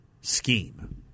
scheme